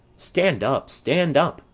stand up, stand up!